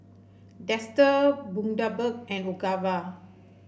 Dester Bundaberg and Ogawa